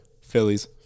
Phillies